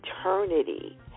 eternity